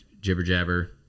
jibber-jabber